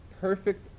perfect